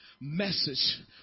message